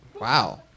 Wow